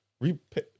repay